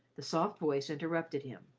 the soft voice interrupted him.